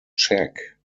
check